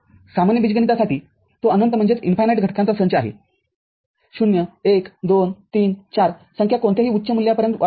सामान्य बीजगणितासाठी तो अनंत घटकांचा संच आहे ० १ २ ३ ४ संख्या कोणत्याही उच्च मूल्यापर्यंत वाढू शकते